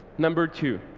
number two,